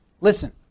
Listen